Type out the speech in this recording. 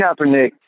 Kaepernick